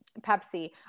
Pepsi